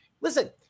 listen